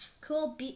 cool